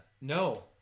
No